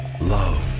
love